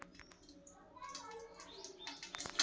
ಎಷ್ಟ types investments ಅದಾವ